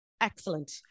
excellent